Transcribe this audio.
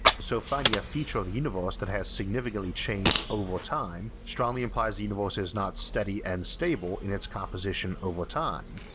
so finding a feature of the universe that has significantly changed over time strongly implies the universe is not steady and stable in its composition over time.